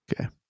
Okay